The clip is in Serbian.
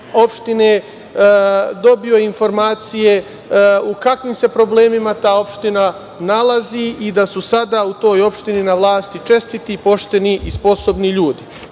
opštine, dobio informacije u kakvim se problemima ta opština nalazi i da su sada u toj opštini na vlasti čestiti, pošteni i sposobni